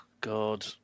God